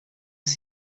sie